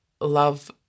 love